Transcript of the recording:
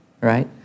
Right